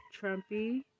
Trumpy